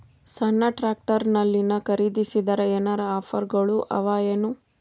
ಸಣ್ಣ ಟ್ರ್ಯಾಕ್ಟರ್ನಲ್ಲಿನ ಖರದಿಸಿದರ ಏನರ ಆಫರ್ ಗಳು ಅವಾಯೇನು?